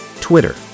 Twitter